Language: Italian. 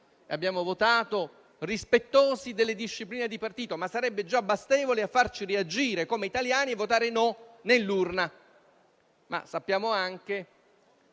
l'abbiamo fatto rispettosi delle discipline di partito; sarebbe bastevole a farci reagire come italiani e a farci votare no nell'urna.